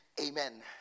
Amen